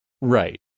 Right